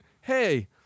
Hey